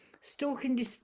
Stalking